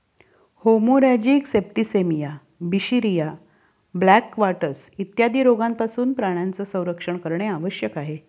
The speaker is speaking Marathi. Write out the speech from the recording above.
हेमोरॅजिक सेप्टिसेमिया, बिशरिया, ब्लॅक क्वार्टर्स इत्यादी रोगांपासून प्राण्यांचे संरक्षण करणे आवश्यक आहे